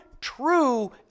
true